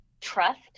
trust